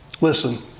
Listen